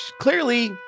clearly